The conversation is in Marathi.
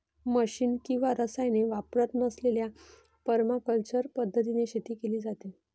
मशिन किंवा रसायने वापरत नसलेल्या परमाकल्चर पद्धतीने शेती केली जाते